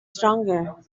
stronger